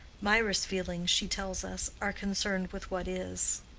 mirah's feelings, she tells us, are concerned with what is.